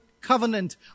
covenant